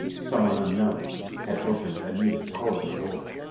someone unknown had opened anita's corridor door.